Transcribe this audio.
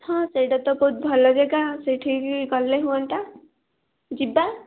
ହଁ ସେଇଟା ତ ବହୁତ୍ ଭଲ ଜାଗା ସେଇଠିକି ଗଲେ ହୁଅନ୍ତା ଯିବା